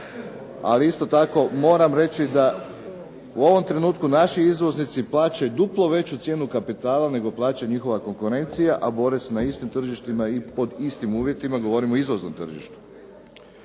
Ali isto tako moram reći da u ovom trenutku naši izvoznici plaćaju duplo veću cijenu kapitala nego plaća njihova konkurencija, a bore se na istim tržištima i pod istim uvjetima, govorim o izvoznom tržištu.